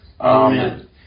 Amen